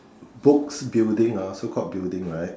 books building ah so called building right